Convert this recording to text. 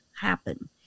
happen